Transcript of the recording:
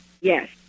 Yes